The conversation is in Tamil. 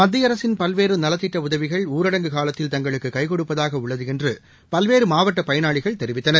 மத்திய அரசின் பல்வேறு நலத்திட்ட உதவிகள் ஊரடங்கு காலத்தில் தங்களுக்கு கைகொடுப்பதாக உள்ளது என்று பல்வேறு மாவட்ட பயனாளிகள் தெரிவித்தனர்